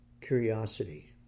curiosity